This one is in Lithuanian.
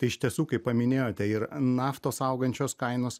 tai iš tiesų kaip paminėjote ir naftos augančios kainos